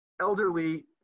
elderly